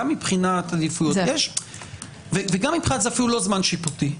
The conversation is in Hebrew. וזה אפילו לא זמן שיפוטי,